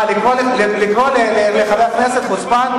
מה, לקרוא לחבר כנסת חוצפן?